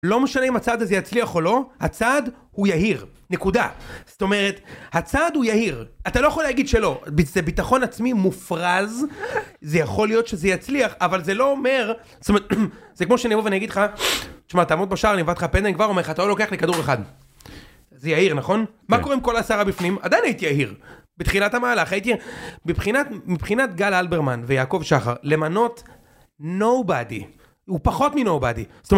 לא משנה אם הצעד הזה יצליח או לא, הצעד הוא יהיר, נקודה. זאת אומרת, הצעד הוא יהיר, אתה לא יכול להגיד שלא, זה ביטחון עצמי מופרז, זה יכול להיות שזה יצליח, אבל זה לא אומר, זאת אומרת, זה כמו שאני אבוא ואני אגיד לך, תשמע, תעמוד בשער, אני אבעט לך פנדל, אני כבר אומר לך, אתה לא לוקח לי כדור אחד, זה יהיר, נכון? מה קורה עם כל הסערה בפנים? עדיין הייתי יהיר, בתחילת המהלך, הייתי... מבחינת גל אלברמן ויעקב שחר, למנות, nobody, הוא פחות מ-nobody, זאת אומרת...